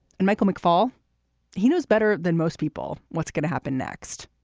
and michael mcfaul he knows better than most people what's going to happen next.